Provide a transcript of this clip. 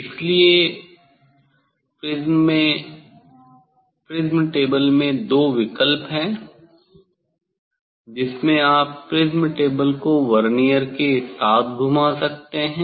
इसलिए prism table में दो विकल्प हैं जिसमें आप प्रिज़्म टेबल को वर्नियर के साथ घुमा सकते हैं